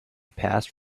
passed